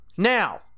Now